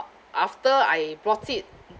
after I bought it